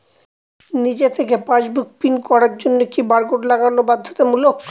নিজে থেকে passbook print করার জন্য কি বারকোড লাগানো বাধ্যতামূলক?